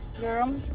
Girl